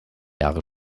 jahre